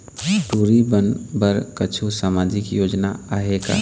टूरी बन बर कछु सामाजिक योजना आहे का?